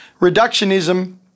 Reductionism